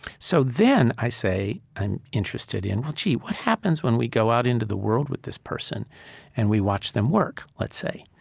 so then i say, i'm interested in, well, gee, what happens when we go out into the world with this person and we watch them work, let's say.